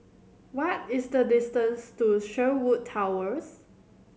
what is the distance to Sherwood Towers